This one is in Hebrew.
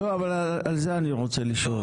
לא, אבל על זה אני רוצה לשאול.